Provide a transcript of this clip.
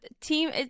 team